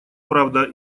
правда